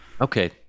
Okay